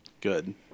good